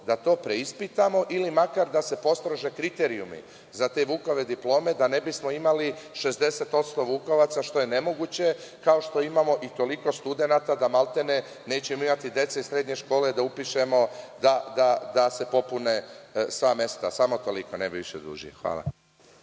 veku, preispitamo ili makar da se postrože kriterijumi za te Vukove diplome, da ne bi smo imali 60% vukovaca, što je nemoguće, kao što imamo i toliko studenata da, maltene, nećemo imati dece iz srednje škole da upišemo da se popune sva mesta. Samo toliko, ne bih više dužio. Hvala.